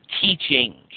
teaching